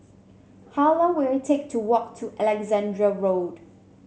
how long will it take to walk to Alexandra Road